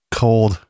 cold